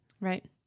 Right